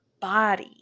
body